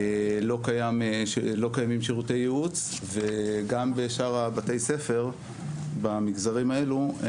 לא קיימים שירותי ייעוץ וגם בשאר בתי הספר במגזרים האלו,